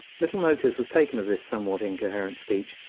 little notice was taken of this somewhat incoherent speech,